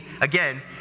again